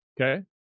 Okay